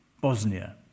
Bosnia